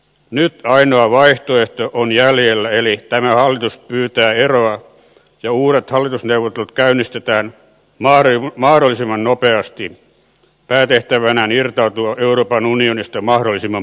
nyt ainoa vaihtoehto on jäljellä eli tämä hallitus pyytää eroa ja uudet hallitusneuvottelut käynnistetään mahdollisimman nopeasti päätehtävänään irtautua euroopan unionista mahdollisimman pian